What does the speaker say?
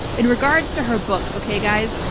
in regards to her book, okay, guys?